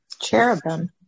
cherubim